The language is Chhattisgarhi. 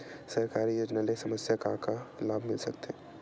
सरकारी योजना ले समस्या ल का का लाभ मिल सकते?